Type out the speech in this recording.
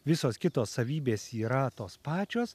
visos kitos savybės yra tos pačios